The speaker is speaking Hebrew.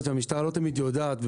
המשטרה לא תמיד יודעת,